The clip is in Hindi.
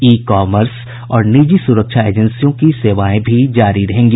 ई कॉमर्स और निजी सुरक्षा एजेंसियों की सेवाएं भी जारी रहेंगी